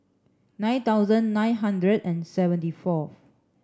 nine thousand nine hundred and seventy four